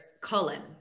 Colin